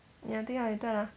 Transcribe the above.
ya take out later lah